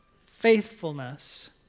faithfulness